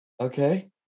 Okay